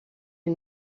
est